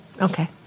Okay